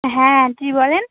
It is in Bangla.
হ্যাঁ কী বলেন